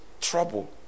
trouble